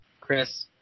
Chris